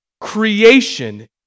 creation